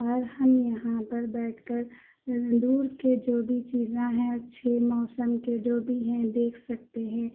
اور ہم یہاں پر بیٹھ کر دور کے جو بھی چیزیں ہیں اچّھے موسم کی جو بھی ہیں دیکھ سکتے ہیں